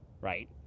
right